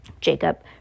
Jacob